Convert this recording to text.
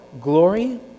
glory